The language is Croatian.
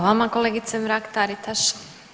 vama kolegice Mrak-Taritaš.